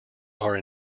are